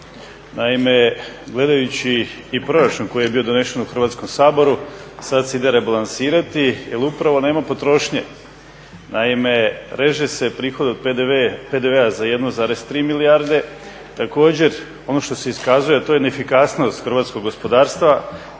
Naime, gledajući i proračun koji je bio donesen u Hrvatskom saboru sad se ide rebalansirati jer upravo nema potrošnje. Naime, reže se prihod od PDV-a za 1,3 milijarde, također ono što se iskazuje a to je neefikasnost hrvatskog gospodarstva